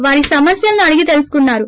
వారి సమస్యలను అడిగి తెలుసుకున్నారు